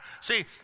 See